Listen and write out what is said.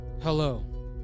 Hello